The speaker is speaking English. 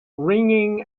ringing